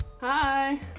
Hi